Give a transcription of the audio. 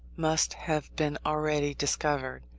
must have been already discovered,